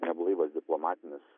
neblaivas diplomatinis